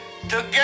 Together